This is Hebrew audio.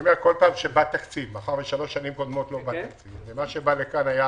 מאחר ושלוש שנים קודמות לא בא תקציב ומה שבא לכאן היה